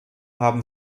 haben